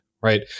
right